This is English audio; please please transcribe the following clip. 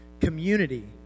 community